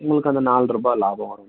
உங்களுக்கு அந்த நாலுரூபா லாபம் வரும் மேடம்